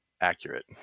accurate